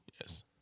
Yes